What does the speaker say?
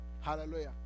Hallelujah